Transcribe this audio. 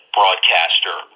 broadcaster